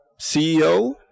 CEO